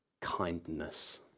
kindness